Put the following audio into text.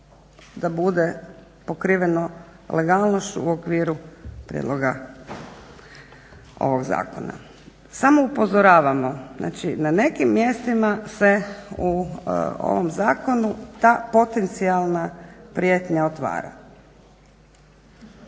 da bude pokriveno legalnošću u okviru prijedloga ovog zakona. Samo upozoravamo, znači na nekim mjestima se u ovom zakonu ta potencijalna prijetnja otvara.